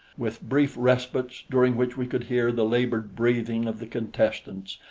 with brief respites, during which we could hear the labored breathing of the contestants,